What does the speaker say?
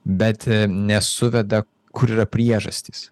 bet nesuveda kur yra priežastys